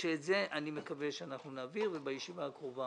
שאת זה אני מקווה שאנחנו נעביר ובישיבה הקרובה